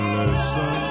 listen